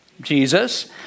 Jesus